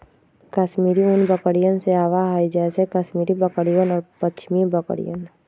कश्मीरी ऊन बकरियन से आवा हई जैसे कश्मीरी बकरियन और पश्मीना बकरियन